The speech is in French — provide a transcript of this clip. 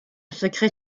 secret